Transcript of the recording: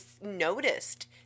noticed